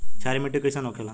क्षारीय मिट्टी कइसन होखेला?